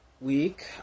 week